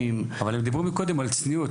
אבל הם דיברו פה קודם על צניעות.